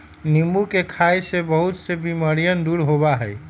नींबू के खाई से बहुत से बीमारियन दूर होबा हई